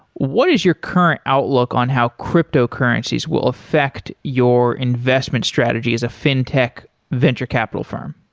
what is your current outlook on how cryptocurrencies will affect your investment strategy as a fintech venture capital firm?